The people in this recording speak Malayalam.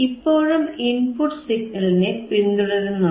ഇപ്പോഴും ഇൻപുട്ട് സിഗ്നലിനെ പിന്തുടരുന്നുണ്ട്